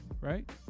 right